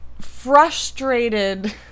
frustrated